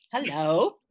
Hello